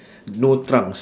no trunks